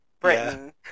britain